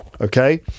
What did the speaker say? Okay